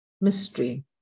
mystery